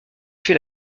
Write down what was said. fait